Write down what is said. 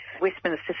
Westminster